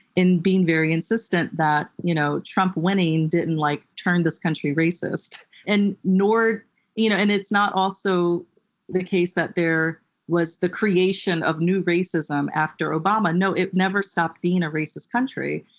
in being very insistent that you know trump winning didn't like turn this country racist, and you know and it's not also the case that there was the creation of new racism after obama. no, it never stopped being a racist country.